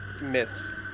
Miss